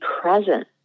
present